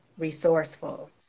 resourceful